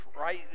right